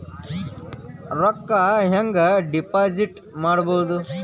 ರೊಕ್ಕ ಹೆಂಗೆ ಡಿಪಾಸಿಟ್ ಮಾಡುವುದು?